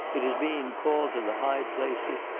it is being called to the high places,